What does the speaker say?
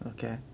Okay